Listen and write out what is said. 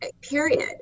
period